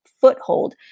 foothold